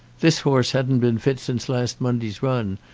this horse hadn't been fit since last monday's run,